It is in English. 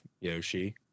Yoshi